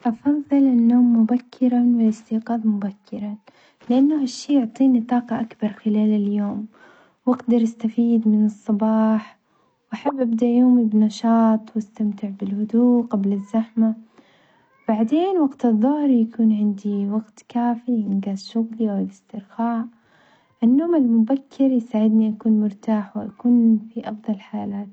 أفظل النوم مبكرًا والاستيقاظ مبكرًا، لأنه هالشي يعطيني طاقة أكبر خلال اليوم، وأقدر استفيد من الصباح وأحب ابدأ يومي بنشاط وأستمتع بالهدوء قبل الزحمة، بعدين وقت الظهر يكون عندي وقت كافي لإنجاز شغلي أو الإسترخاء، النوم المبكر يساعدني أكون مرتاحة وأكون في أفضل حالاتي.